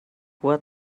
what